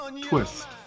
twist